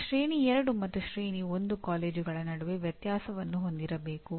ನಾವು ಶ್ರೇಣಿ 2 ಮತ್ತು ಶ್ರೇಣಿ 1 ಕಾಲೇಜುಗಳ ನಡುವೆ ವ್ಯತ್ಯಾಸವನ್ನು ಹೊಂದಿರಬೇಕು